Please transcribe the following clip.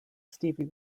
stevie